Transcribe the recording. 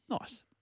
Nice